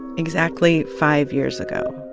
exactly five years ago.